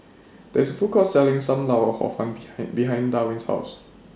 There IS A Food Court Selling SAM Lau Hor Fun behind behind Darwin's House